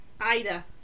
Ida